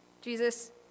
Jesus